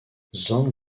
zhang